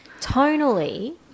Tonally